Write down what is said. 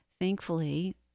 thankfully